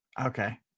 Okay